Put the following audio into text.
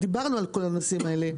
דיברנו על כל הנושאים האלה,